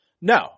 No